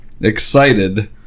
excited